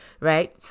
right